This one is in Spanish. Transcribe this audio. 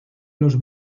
los